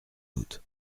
août